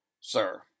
Sir